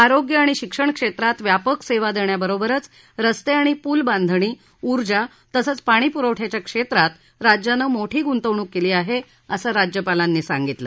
आरोग्य आणि शिक्षण क्षेत्रात व्यापक सेवा देण्याबरोबरच रस्ते आणि पूल बांधणी ऊर्जा तसंच पाणी पुरवठ्याच्या क्षेत्रात राज्यानं मोठी गुंतवणूक केली आहे असं राज्यपालांनी सांगितलं